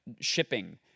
shipping